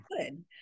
good